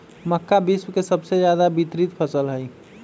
मक्का विश्व के सबसे ज्यादा वितरित फसल हई